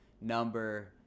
number